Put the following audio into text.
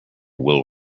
will